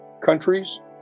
countries